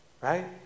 right